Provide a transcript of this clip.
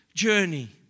Journey